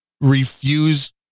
refuse